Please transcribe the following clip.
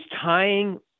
tying